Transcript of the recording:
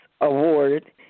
Award